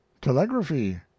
Telegraphy